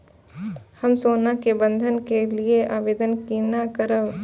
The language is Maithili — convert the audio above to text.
हम सोना के बंधन के लियै आवेदन केना करब?